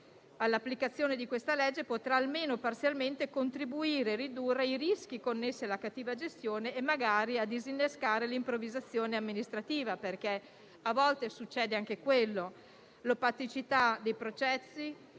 L'applicazione di questa legge potrà almeno parzialmente contribuire a ridurre i rischi connessi alla cattiva gestione e magari disinnescare l'improvvisazione amministrativa, perché a volte succede anche quello: l'opacità dei processi